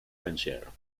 pensiero